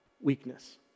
weakness